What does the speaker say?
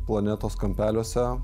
planetos kampeliuose